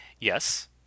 Yes